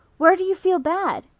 where do you feel bad?